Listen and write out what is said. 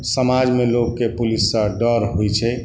समाजमे लोकके पुलिस सॅं डर होइ छै